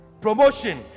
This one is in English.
Promotion